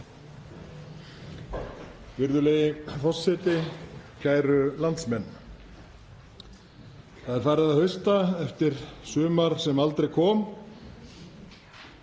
Virðulegi forseti. Kæru landsmenn. Það er farið að hausta eftir sumar sem aldrei kom.